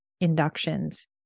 inductions